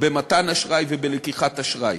במתן אשראי ובלקיחת אשראי.